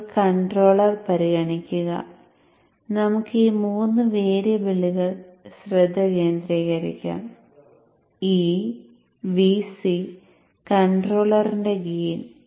ഇപ്പോൾ കൺട്രോളർ പരിഗണിക്കുക നമുക്ക് ഈ 3 വേരിയബിളുകളിൽ ശ്രദ്ധ കേന്ദ്രീകരിക്കാം e Vc കൺട്രോളറിന്റെ ഗെയിൻ